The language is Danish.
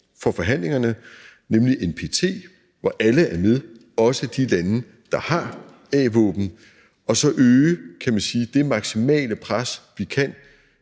for forhandlingerne, nemlig NPT, hvor alle er med, også de lande, der har a-våben, og så øge – kan man sige – det maksimale pres, vi kan,